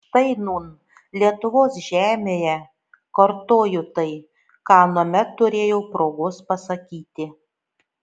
štai nūn lietuvos žemėje kartoju tai ką anuomet turėjau progos pasakyti